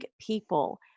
people